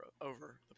over